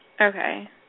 Okay